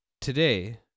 today